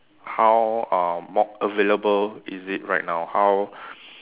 how uh more available is it right now how